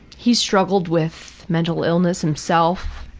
he struggled with mental illness himself,